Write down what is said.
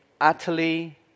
utterly